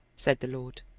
said the lord.